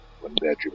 one-bedroom